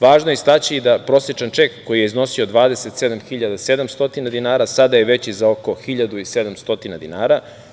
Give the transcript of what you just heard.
Važno je istaći da prosečan ček koji je iznosio 27.700 dinara sada je veći za oko 1.700 dinara.